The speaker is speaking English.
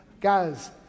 Guys